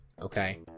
Okay